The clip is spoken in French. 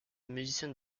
musicienne